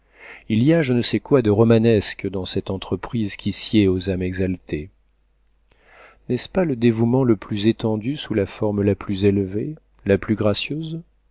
il y a je ne sais quoi de romanesque dans cette entreprise qui sied aux âmes exaltées n'est-ce pas le dévouement le plus étendu sous la forme la plus élevée la plus gracieuse